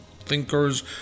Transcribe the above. thinkers